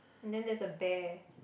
and then there's a bear